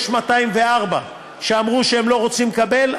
יש 204 שאמרו שהם לא רוצים לקבל,